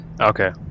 Okay